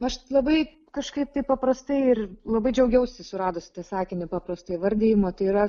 aš labai kažkaip taip paprastai ir labai džiaugiausi suradus tą sakinį paprasto įvardijimo tai yra